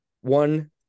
One